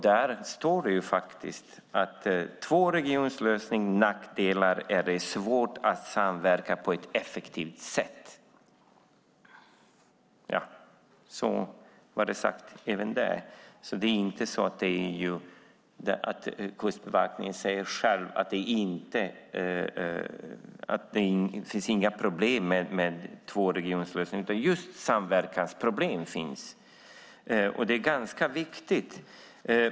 Där står det faktiskt: tvåregionslösning, nackdelar; det är svårt att samverka på ett effektivt sätt. Så sägs det även där. Kustbevakningen säger själv att det inte finns några problem med tvåregionslösningen, utan det finns just samverkansproblem. Det är ganska viktigt.